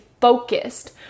focused